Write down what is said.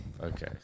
Okay